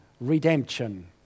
redemption